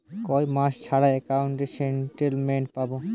কয় মাস ছাড়া একাউন্টে স্টেটমেন্ট পাব?